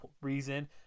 reason